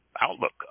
outlook